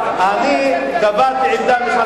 אני קבעתי עמדה,